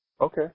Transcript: Okay